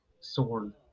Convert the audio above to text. sword